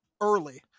early